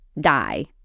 die